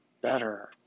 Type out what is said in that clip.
better